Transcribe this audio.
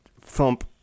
thump